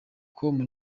com